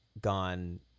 gone